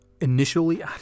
initially